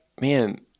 man